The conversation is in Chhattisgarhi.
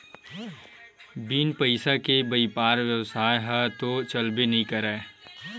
बिन पइसा के बइपार बेवसाय ह तो चलबे नइ करय